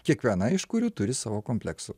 kiekviena iš kurių turi savo kompleksų